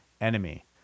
enemy